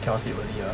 cannot sleep early lah